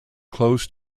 close